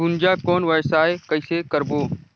गुनजा कौन व्यवसाय कइसे करबो?